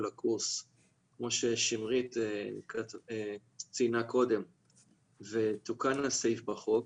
הקורס כמו ששמרית ציינה קודם ותוקן הסעיף בחוק